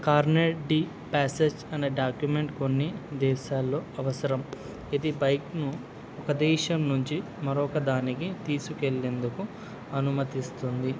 carnet డి passage అనే document కొన్ని దేశాల్లో అవసరం ఇది బైక్ను ఒక దేశం నుంచి మరొకదానికి తీసుకెళ్ళందుకు అనుమతిస్తుంది